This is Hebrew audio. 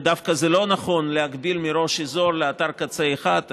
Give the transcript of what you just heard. ודווקא לא נכון להגביל מראש אזור לאתר קצה אחד,